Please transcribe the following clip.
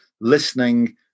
listening